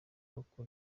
kuko